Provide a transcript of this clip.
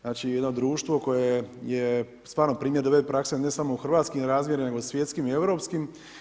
Znači jedno društvo koje je stvarno primjer dobre prakse ali ne samo u hrvatskim razmjerima nego svjetskim i europskim.